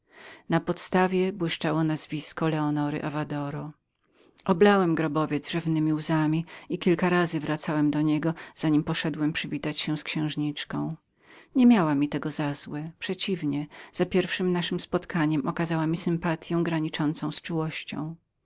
na podstawie błyszczało nazwisko leonory avadoro oblałem ten grobowiec rzewnemi łzami i kilka razy wracałem do niego za nim poszedłem przywitać się z księżniczką nie miała mi tego za złe przeciwnie za pierwszem naszem spotkaniem okazała mi